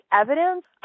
evidence